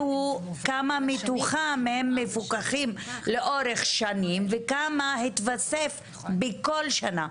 כמה מתוכם מפוקחים לאורך שנים וכמה היתוספו כל שנה?